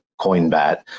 Coinbat